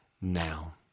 now